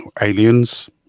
Aliens